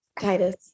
Titus